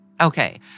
Okay